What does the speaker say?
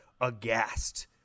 aghast